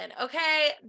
okay